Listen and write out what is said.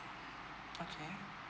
okay